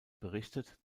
berichtet